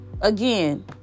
again